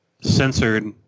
censored